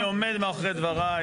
אני עומד מאחורי דבריי.